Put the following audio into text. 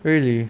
really